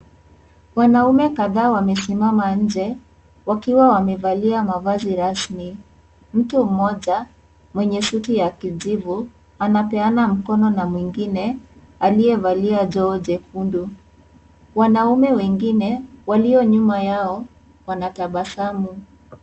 Wanaume kadhaa wamesimama nje wakiwa wamevalia mavazi rasmi. Mtu mmoja mwenye suti ya kijivu anapeana mkono na mwingine aliyevalia jeo jekundu. Wanaume wengine walio nyuma yao wanatabasamu.